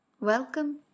Welcome